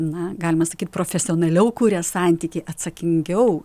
na galima sakyt profesionaliau kuria santykį atsakingiau